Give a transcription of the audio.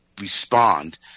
respond